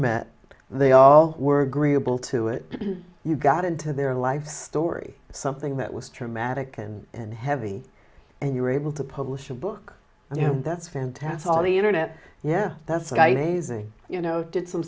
met they all were agreeable to it you got into their life story something that was dramatic and and heavy and you were able to publish a book and you know that's fantastic all the internet yeah that's what i you know did some